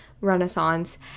Renaissance